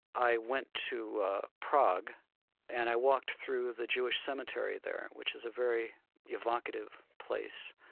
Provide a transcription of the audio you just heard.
i went to prague and i walked through the jewish cemetery there, which is a very evocative place.